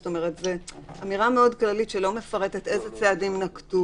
זאת אומרת שזאת אמירה מאוד כללית שלא מפרטת איזה צעדים נקטו,